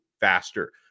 faster